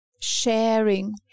Sharing